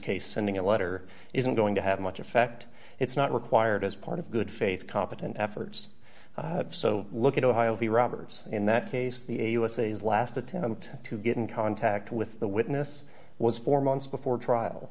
case ending a letter isn't going to have much effect it's not required as part of good faith competent efforts so look at ohio v robbers in that case the usa is last attempt to get in contact with the witness was four months before trial